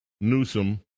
Newsom